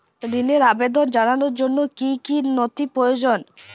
ঋনের আবেদন জানানোর জন্য কী কী নথি প্রয়োজন?